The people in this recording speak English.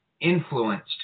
influenced